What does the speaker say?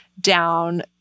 down